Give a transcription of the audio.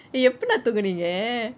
eh எப்படி:eppadi lah தூங்குனீங்க:thooguneenge